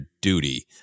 duty